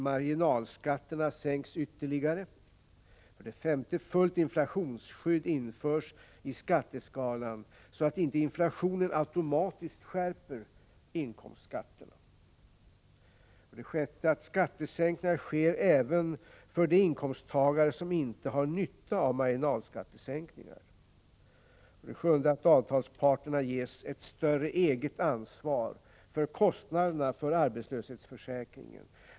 Marginalskatterna sänks ytterligare. 5. Fullt inflationsskydd införs i skatteskalan, så att inte inflationen automatiskt skärper inkomstskatterna. 6. Skattesänkningar sker även för de inkomsttagare som inte har nytta av marginalskattesänkningar. 7. Avtalsparterna ges ett större eget ansvar för kostnaderna för arbetslöshetsförsäkringen.